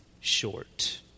short